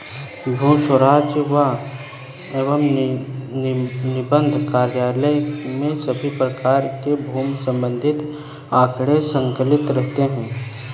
भू राजस्व एवं निबंधन कार्यालय में सभी प्रकार के भूमि से संबंधित आंकड़े संकलित रहते हैं